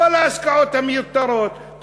את כל ההשקעות המיותרות,